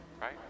right